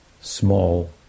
small